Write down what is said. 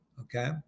okay